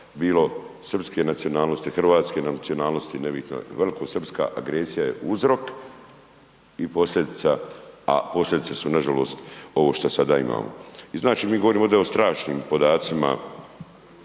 bilo srpske nacionalnosti, hrvatske nacionalnosti, nebitno je. Velikosrpska agresija je uzrok i posljedica, a posljedice su nažalost, ovo što sada imamo. I znači mi govorimo ovdje o strašnim podacima,